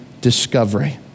discovery